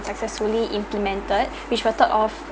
successfully implemented which were thought of